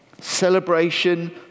celebration